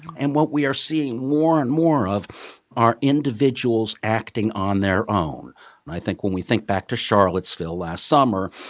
and what we are seeing more and more of are individuals acting on their own. and i think when we think back to charlottesville last summer,